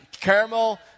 caramel